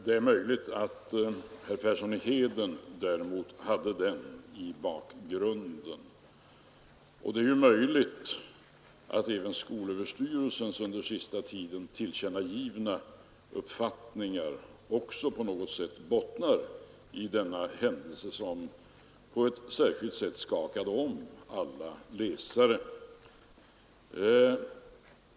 Det är möjligt att herr Persson i Heden däremot hade den i tankarna, och det är möjligt att skolöverstyrelsens under den senaste tiden tillkännagivna uppfattningar också på något sätt bottnar i denna händelse, som på ett särskilt sätt skakade om alla läsare.